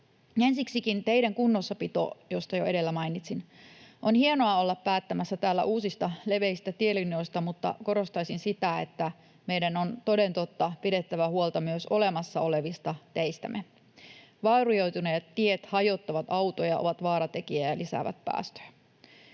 Ensiksikin teiden kunnossapito, josta jo edellä mainitsin. On hienoa olla päättämässä täällä uusista leveistä tielinjoista, mutta korostaisin sitä, että meidän on toden totta pidettävä huolta myös olemassa olevista teistämme. Vaurioituneet tiet hajottavat autoja, ovat vaaratekijä ja lisäävät päästöjä.